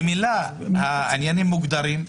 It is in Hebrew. ממילא העניינים מוגדרים,